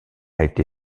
été